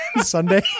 Sunday